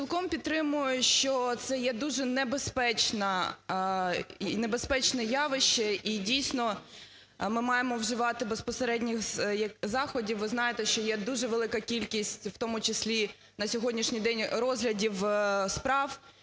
Цілком підтримую, що це є дуже небезпечне явище і, дійсно, ми маємо вживати безпосередніх заходів. Ви знаєте, що є дуже велика кількість, в тому числі на сьогоднішній день, розглядів справ,